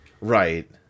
Right